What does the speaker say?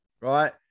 Right